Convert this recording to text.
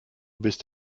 bist